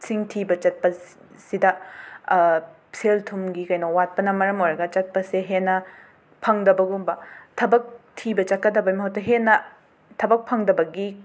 ꯁꯤꯡ ꯊꯤꯕ ꯆꯠꯄꯁꯤꯗ ꯁꯦꯜꯊꯨꯝꯒꯤ ꯀꯦꯅꯣ ꯋꯥꯠꯄꯅ ꯃꯔꯝ ꯑꯣꯏꯔꯒ ꯆꯠꯄꯁꯦ ꯍꯦꯟꯅ ꯐꯪꯗꯕꯒꯨꯝꯕ ꯊꯕꯛ ꯊꯤꯕ ꯆꯠꯀꯗꯕꯒꯤ ꯃꯍꯨꯠꯇ ꯍꯦꯟꯅ ꯊꯕꯛ ꯐꯪꯗꯕꯒꯤ